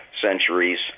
centuries